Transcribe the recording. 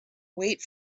wait